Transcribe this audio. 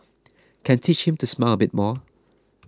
can teach him to smile a bit more